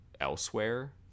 elsewhere